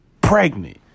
pregnant